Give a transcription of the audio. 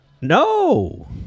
No